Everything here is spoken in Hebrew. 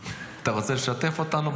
אתה רוצה לשתף אותנו בשיחה?